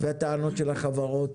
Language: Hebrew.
והטענות של החברות